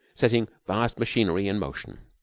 setting vast machinery in motion.